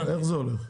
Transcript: איך זה הולך?